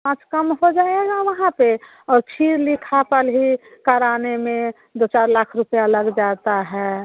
पाँच कम हो जाएगा वहाँ पर और फिर लिखा पढ़ी कराने में दो चार लाख रुपया लग जाता है